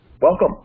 Welcome